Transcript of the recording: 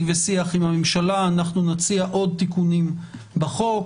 ושיח עם הממשלה ונציע עוד תיקונים בחוק.